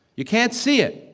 you can't see it,